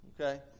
Okay